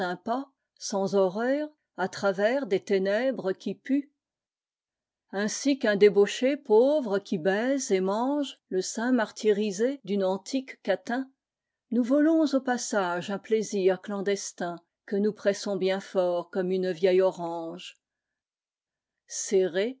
pas sans horreur à travers des ténèbres qui puent insi qu'un débauché pauvre qui baise et mange le sein martyrisé d'une antique catin nous volons au passaççç uu plaisir clandestin que nous pressons bien fort comme une vieille orange serré